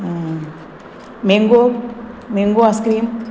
mango mango ice cream